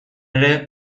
ere